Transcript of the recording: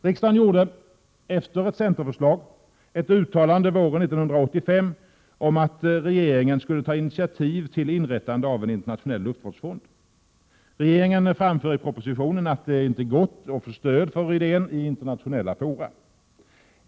Riksdagen gjorde — efter ett centerförslag — ett uttalande våren 1985 om att regeringen skulle ta initiativ till inrättande av en internationell luftvårdsfond. Regeringen anför i propositionen att det inte gått att få stöd för idén i internationella fora.